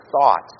thoughts